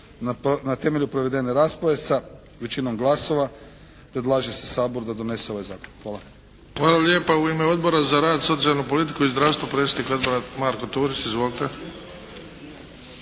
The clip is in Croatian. Na temelju provedene rasprave sa većinom glasova predlaže se Saboru da donese ovaj zakon. Hvala. **Bebić, Luka (HDZ)** Hvala lijepa. U ime Odbora za rad, socijalnu politiku i zdravstvo, predsjednik Odbora Marko Turić. Izvolite.